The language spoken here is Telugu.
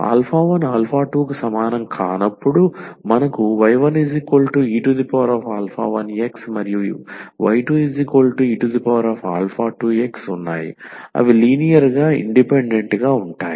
1 2 కు సమానం కానప్పుడు మనకు y1e1x మరియు y2e2x ఉన్నాయి అవి లీనియర్ గా ఇండిపెండెంట్ గా ఉంటాయి